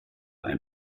ein